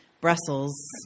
Brussels